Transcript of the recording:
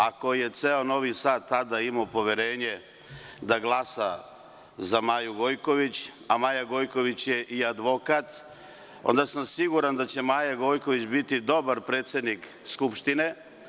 Ako je ceo Novi Sad tada imao poverenje da glasa za Maju Gojković, a ona je i advokat, onda sam siguran da će Maja Gojković biti dobar predsednik Skupštine.